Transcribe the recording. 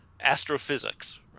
astrophysics